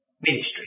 Ministry